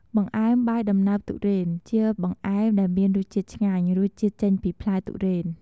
បង្អែមបាយដំណើបទុរេន ជាបង្អែមដែលមានរសជាតិឆ្ងាញ់ រសជាតិចេញពីផ្លែទុរេន។